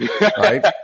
right